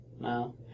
No